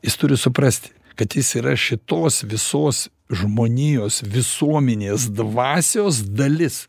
jis turi suprasti kad jis yra šitos visos žmonijos visuomenės dvasios dalis